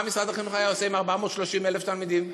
מה משרד החינוך היה עושה עם 430,000 תלמידים?